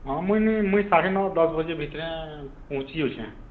ହଁ ମୁଇଁ ମୁଇଁ ସାଢ଼େ ନଅ ଦଶ ବଜେ ଭିତରେ ପହଞ୍ଚି ଯେଇଛେଁ